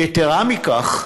יתרה מכך,